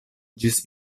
ĝis